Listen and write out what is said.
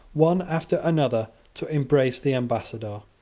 one after another, to embrace the ambassador,